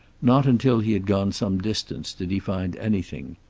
not until he had gone some distance did he find anything.